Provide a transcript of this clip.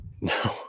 No